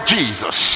Jesus